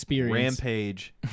Rampage